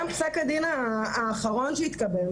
גם פסק הדין האחרון שהתקבל,